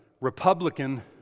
Republican